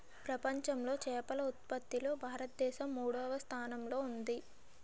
ప్రపంచంలో చేపల ఉత్పత్తిలో భారతదేశం మూడవ స్థానంలో ఉంది